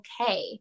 okay